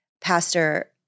Pastor